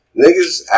niggas